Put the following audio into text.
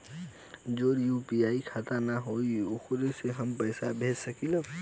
जेकर यू.पी.आई खाता ना होई वोहू के हम पैसा भेज सकीला?